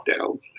lockdowns